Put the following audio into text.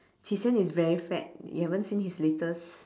qi xian is very fat you haven't seen his latest